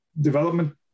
development